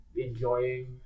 enjoying